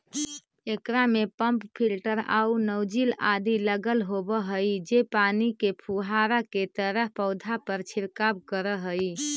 एकरा में pump filter आउ नॉजिल आदि लगल होवऽ हई जे पानी के फुहारा के तरह पौधा पर छिड़काव करऽ हइ